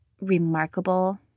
remarkable